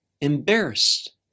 embarrassed